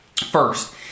First